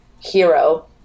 hero